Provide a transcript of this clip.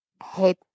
Head